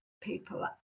people